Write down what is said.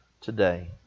today